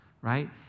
right